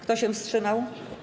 Kto się wstrzymał?